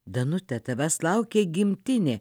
danute tavęs laukia gimtinė